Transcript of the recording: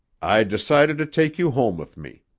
i decided to take you home with me.